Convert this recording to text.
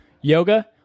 Yoga